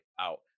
out